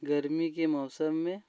गर्मी के मौसम में